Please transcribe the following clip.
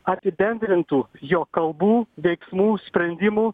apibendrintų jo kalbų veiksmų sprendimų